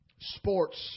sports